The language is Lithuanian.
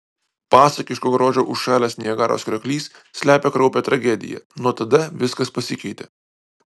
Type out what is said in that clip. pasakiško grožio užšalęs niagaros krioklys slepia kraupią tragediją nuo tada viskas pasikeitė